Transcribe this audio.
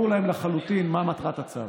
לחלוטין מה מטרת הצו.